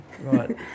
Right